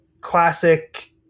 classic